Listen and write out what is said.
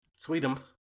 Sweetums